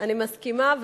אני מסכימה,